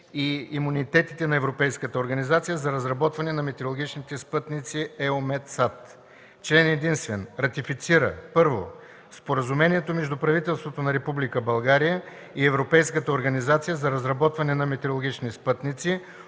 и имунитетите на Европейската организация за разработване на метеорологични спътници (EUMETSAT) Член единствен. Ратифицира: 1. Споразумението между правителството на Република България и Европейската организация за разработване на метеорологични спътници